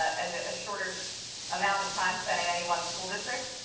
a shorter amount of time spent in any one school district.